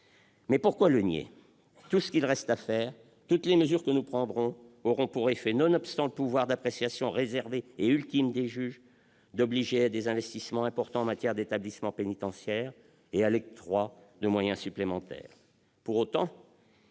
Mais, pourquoi le nier ? tout ce qu'il reste à faire, toutes les mesures que nous prendrons auront pour effet, nonobstant le pouvoir d'appréciation réservé et ultime des juges, de nécessiter des investissements importants en matière d'établissements pénitentiaires et l'octroi de moyens supplémentaires.